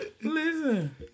Listen